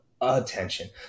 attention